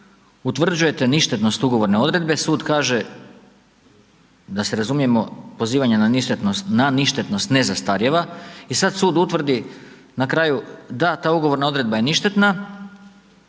utvrđujete ništetnost ugovorne odredbe, sud kaže da se razumijemo, pozivanje na ništetnost ne zastarijeva i sad sud utvrdi na kraju da ta ugovorna odredba je ništetna.